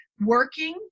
working